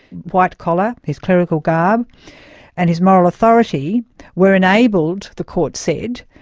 white collar, his clerical garb and his moral authority were enabled, the court said,